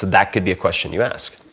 that could be a question you ask,